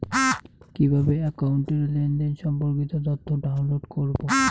কিভাবে একাউন্টের লেনদেন সম্পর্কিত তথ্য ডাউনলোড করবো?